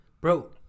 bro